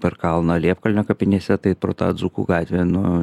per kalną liepkalnio kapinėse tai pro tą dzūkų gatvę nu